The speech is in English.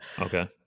Okay